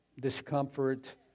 discomfort